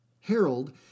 Harold